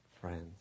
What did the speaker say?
friends